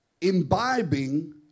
imbibing